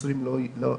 ונוצרים לא ערבים",